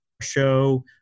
show